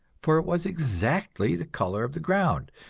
for it was exactly the color of the ground,